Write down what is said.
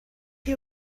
chi